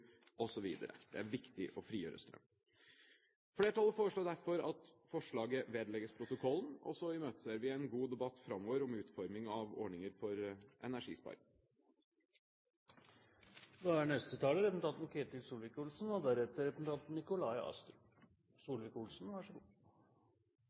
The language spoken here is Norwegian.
osv. Det er viktig å frigjøre strøm. Flertallet foreslår derfor at forslaget vedlegges protokollen, og så imøteser vi en god debatt framover om utforming av ordninger for energisparing. La meg først ta opp forslaget som Fremskrittspartiet er